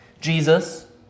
Jesus